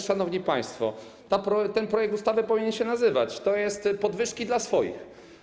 Szanowni państwo, ten projekt ustawy powinien się nazywać: podwyżki dla swoich.